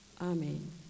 Amen